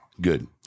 Good